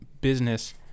business –